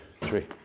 three